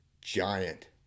giant